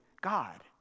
God